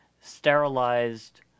sterilized